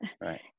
Right